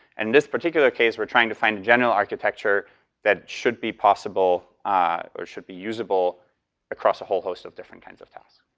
and this particular case, we're trying to find a general architecture that should be possible or should be usable across a whole host of different kinds of tasks.